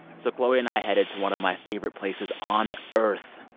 so chloe and i headed to one of my favorite places on earth,